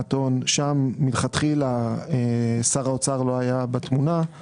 במקרה שמלכתחילה הסמכות לא הייתה נתונה לשר האוצר.